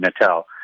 Natal